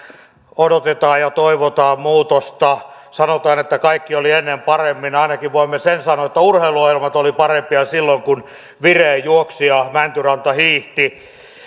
odotetaan ja toivotaan muutosta sanotaan että kaikki oli ennen paremmin ainakin voimme sen sanoa että urheiluohjelmat olivat parempia silloin kun viren juoksi ja mäntyranta hiihti